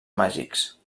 màgics